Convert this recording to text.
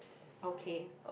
okay